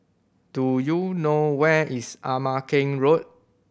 do you know where is Ama Keng Road